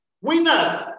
Winners